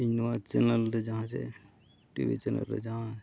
ᱤᱧ ᱱᱚᱣᱟ ᱪᱮᱱᱮᱞ ᱨᱮ ᱡᱟᱦᱟᱸ ᱡᱮ ᱴᱤᱵᱷᱤ ᱪᱮᱱᱮᱞ ᱨᱮ ᱡᱟᱦᱟᱸ